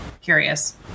curious